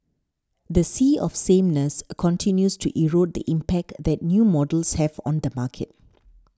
the sea of sameness continues to erode the impact that new models have on the market